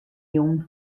jûn